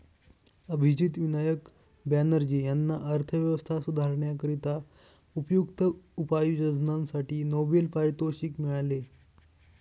अभिजित विनायक बॅनर्जी यांना अर्थव्यवस्था सुधारण्याकरिता उपयुक्त उपाययोजनांसाठी नोबेल पारितोषिक मिळाले